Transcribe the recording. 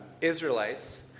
Israelites